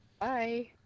Bye